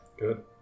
Good